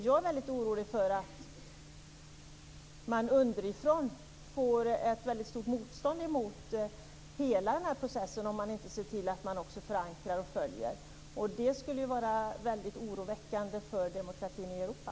Jag är orolig för att man underifrån får ett stort motstånd emot hela denna process om vi inte ser till att vi också förankrar den. Det skulle vara oroväckande för demokratin i Europa.